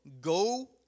go